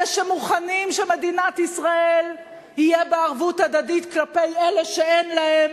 אלה שמוכנים שמדינת ישראל תהיה בה ערבות הדדית כלפי אלה שאין להם,